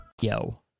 yo